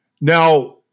Now